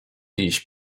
iść